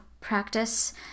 practice